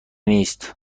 نیست